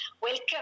Welcome